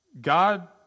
God